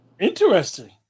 Interesting